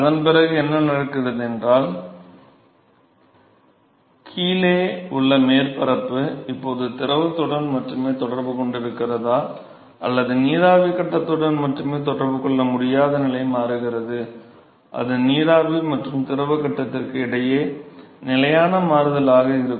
அதன்பிறகு என்ன நடக்கிறது என்றால் கீழே உள்ள மேற்பரப்பு இப்போது திரவத்துடன் மட்டுமே தொடர்பு கொண்டிருக்கிறதா அல்லது நீராவி கட்டத்துடன் மட்டுமே தொடர்பு கொள்ள முடியாத நிலை மாறுகிறது அது நீராவி மற்றும் திரவ கட்டத்திற்கு இடையே நிலையான மாறுதலாக இருக்கும்